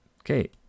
Okay